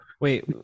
Wait